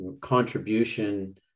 contribution